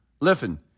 Listen